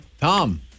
Tom